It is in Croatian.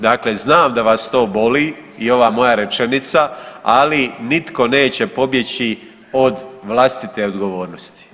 Dakle, znam da vas to boli i ova moja rečenica, ali nitko neće pobjeći od vlastite odgovornosti.